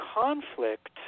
conflict